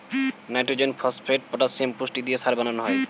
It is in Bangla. নাইট্রোজেন, ফস্ফেট, পটাসিয়াম পুষ্টি দিয়ে সার বানানো হয়